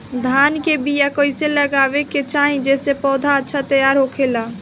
धान के बीया कइसे लगावे के चाही जेसे पौधा अच्छा तैयार होखे?